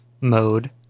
mode